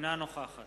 אינה נוכחת